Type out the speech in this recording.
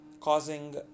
causing